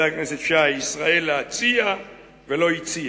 חבר הכנסת שי, ישראל להציע ולא הציעה?